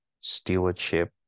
stewardship